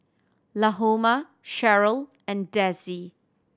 Lahoma Sherryl and Dessie